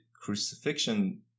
crucifixion